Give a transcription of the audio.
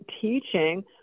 teaching